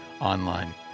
online